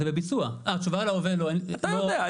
תשובה על ההווה --- אתה יודע.